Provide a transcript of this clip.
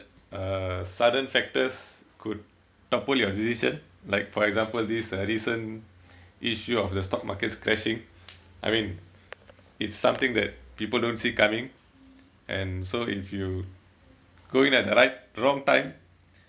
uh sudden factors could topple your decision like for example this recent issue of the stock market's clashing I mean it's something that people don't see coming and so if you go in at the right wrong time